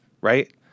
right